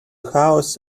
house